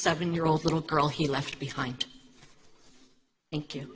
seven year old little girl he left behind thank you